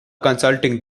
consulting